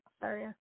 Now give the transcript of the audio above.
Sorry